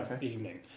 evening